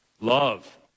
love